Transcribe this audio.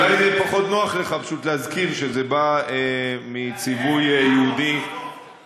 אולי זה יהיה פחות נוח לך להזכיר שזה בא מציווי יהודי מהתורה.